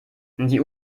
die